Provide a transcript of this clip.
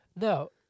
No